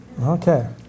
Okay